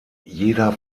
jeder